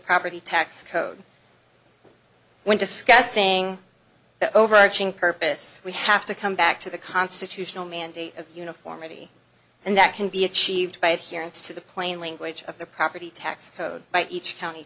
property tax code when discussing the overarching purpose we have to come back to the constitutional mandate of uniformity and that can be achieved by it here into the plain language of the property tax code by each county